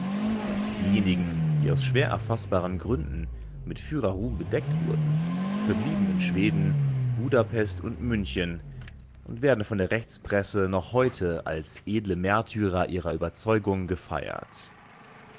und diejenigen die aus schwer erfaßbaren gründen mit führerruhm bedeckt wurden verblieben in schweden budapest und münchen und werden von der rechtspresse noch heute als edle märtyrer ihrer überzeugung gefeiert